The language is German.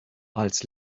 als